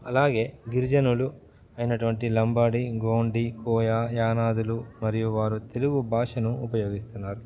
అలాగే గిరిజనులు అయినటువంటి లంబాడి గోండి కోయ యానాదులు మరియు వారు తెలుగు భాషను ఉపయోగిస్తున్నారు